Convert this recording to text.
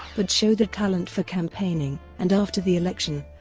but showed a talent for campaigning, and after the election,